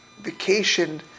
vacation